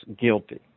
guilty